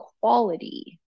quality